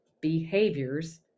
behaviors